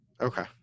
Okay